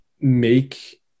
make